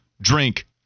drink